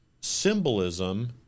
symbolism